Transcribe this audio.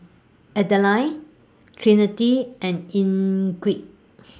Adline Trinity and Enrique